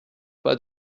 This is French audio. pas